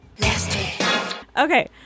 Okay